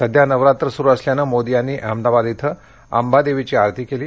सध्या नवरात्र सुरू असल्यानं मोदी यांनी अहमदाबाद इथं अंबा देवीची आरती केली